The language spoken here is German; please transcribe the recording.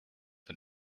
mit